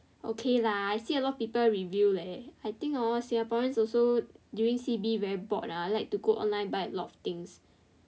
okay lah I see a lot of people review leh I think hor singaporean also during C_B very bored ah like to go online buy a lot of things